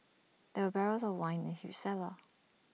there were barrels of wine in huge cellar